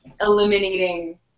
eliminating